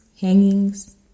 hangings